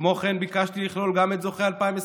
כמו כן, ביקשתי לכלול גם את זוכי 2021,